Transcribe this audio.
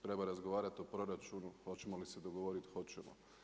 Treba razgovarat o proračunu hoćemo li se dogovorit hoćemo.